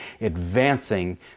advancing